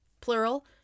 plural